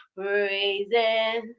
praising